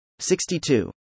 62